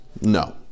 No